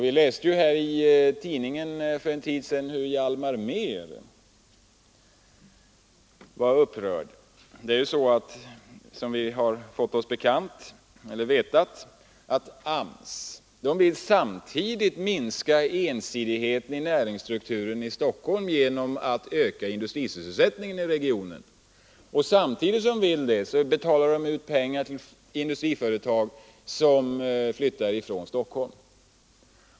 Vi läste i tidningarna för en tid sedan att Hjalmar Mehr var upprörd. Det är ju så, som vi vet, att samtidigt som AMS vill minska ensidigheten inom näringsstrukturen i Stockholm genom att öka industrisysselsättningen i regionen betalar AMS ut pengar till industrier som flyttar från Stockholm.